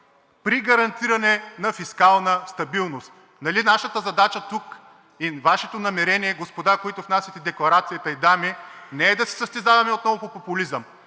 при гарантиране на фискална стабилност“. Нали нашата задача тук и Вашето намерение, господа и дами, които внасяте Декларацията, не е да се състезаваме отново по популизъм,